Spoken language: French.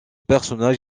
personnage